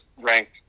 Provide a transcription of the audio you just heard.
ranked